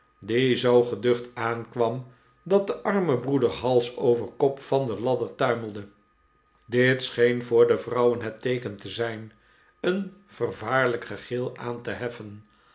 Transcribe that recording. die zoo geducht aankwam dat de arme broeder hals over kop van de ladder tuimelde dit scheen voor de vrouwen het teeken te zijn een veryaarlijk gegil aan te heffen